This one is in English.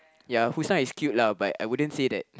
ya Husiah is cute lah but I wouldn't say that